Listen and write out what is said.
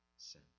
sin